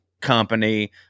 company